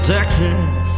Texas